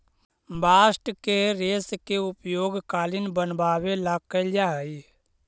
bast के रेश के उपयोग कालीन बनवावे ला कैल जा हई